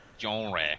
Genre